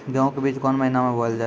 गेहूँ के बीच कोन महीन मे बोएल जाए?